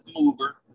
mover